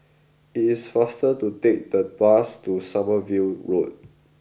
it is faster to take the bus to Sommerville Road